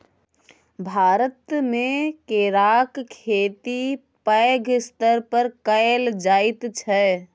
भारतमे केराक खेती पैघ स्तर पर कएल जाइत छै